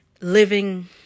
living